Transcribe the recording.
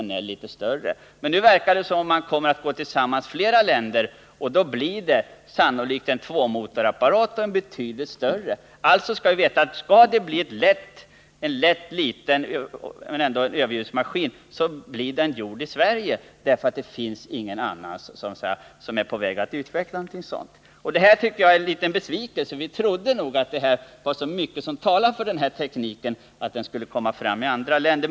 Nu v r det emellertid som om Västtyskland skulle gå tillsammans med andra länder, och då blir det sannolikt ett 2-motorigt plan som är betydligt större. Skall det bli en lätt maskin som ändå är en överljudsmaskin, måste den sannolikt göras i Sverige, eftersom inget annat land tycks vara på väg att utveckla någonting sådant. Detta innebär en besvikelse. Vi trodde att det var så mycket som talade för den här lätta tekniken att sådana plan skulle komma att tas fram i andra länder.